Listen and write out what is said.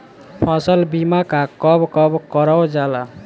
फसल बीमा का कब कब करव जाला?